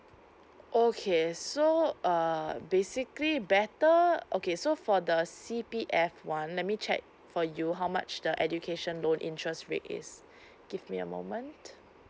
okay so um basically better okay so for the c p f one let me check for you how much the education load interest rate is give me a moment